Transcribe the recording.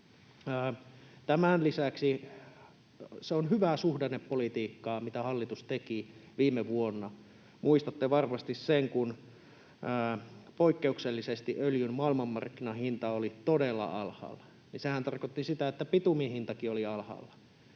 Tämän lisäksi se on hyvää suhdannepolitiikkaa, mitä hallitus teki viime vuonna. Muistatte varmasti sen, kun poikkeuksellisesti öljyn maailmanmarkkinahinta oli todella alhaalla. Sehän tarkoitti sitä, että bituminkin hinta oli alhaalla.